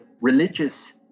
religious